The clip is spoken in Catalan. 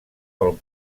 pel